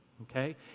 okay